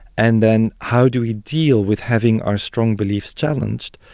and then how do we deal with having our strong beliefs challenged,